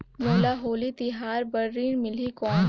मोला होली तिहार बार ऋण मिलही कौन?